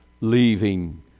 leaving